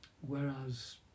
Whereas